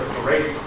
great